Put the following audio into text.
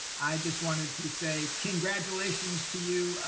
i just wanted to say congratulations to you.